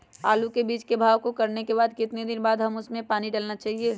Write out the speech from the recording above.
आलू के बीज के भाव करने के बाद कितने दिन बाद हमें उसने पानी डाला चाहिए?